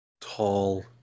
tall